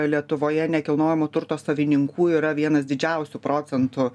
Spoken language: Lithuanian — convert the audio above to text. lietuvoje nekilnojamo turto savininkų yra vienas didžiausių procentų